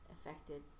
affected